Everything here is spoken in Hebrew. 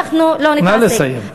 אנחנו לא נתעסק.